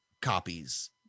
Copies